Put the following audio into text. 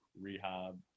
rehab